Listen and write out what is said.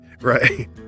Right